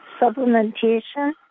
supplementation